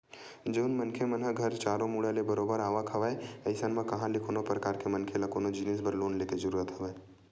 जउन मनखे मन घर चारो मुड़ा ले बरोबर आवक हवय अइसन म कहाँ ले कोनो परकार के मनखे ल कोनो जिनिस बर लोन लेके जरुरत हवय